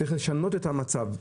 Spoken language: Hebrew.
צריך לשנות את המצב.